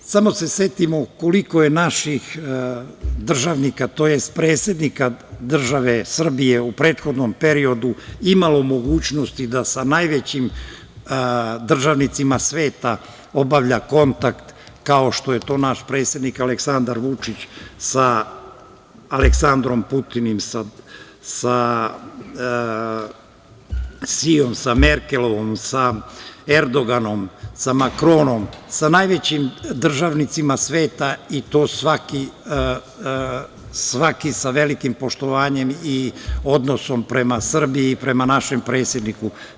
Samo se setimo koliko je naših državnika, tj. predsednika države Srbije u prethodnom periodu imalo mogućnosti da sa najvećim državnicima sveta obavlja kontakt kao što je to naš predsednik Aleksandar Vučić, sa Putinom, sa Siom, sa Merkelovom, sa Erdoganom, sa Makronom, sa najvećim državnicima sveta i to svaki sa velikim poštovanjem i odnosom prema Srbiji, i prema našem predsedniku.